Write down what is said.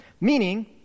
Meaning